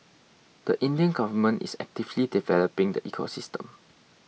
the Indian government is actively developing the ecosystem